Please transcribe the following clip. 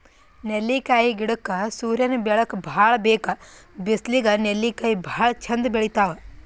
ನೆಲ್ಲಿಕಾಯಿ ಗಿಡಕ್ಕ್ ಸೂರ್ಯನ್ ಬೆಳಕ್ ಭಾಳ್ ಬೇಕ್ ಬಿಸ್ಲಿಗ್ ನೆಲ್ಲಿಕಾಯಿ ಭಾಳ್ ಚಂದ್ ಬೆಳಿತಾವ್